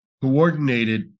coordinated